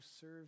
serve